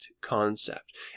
concept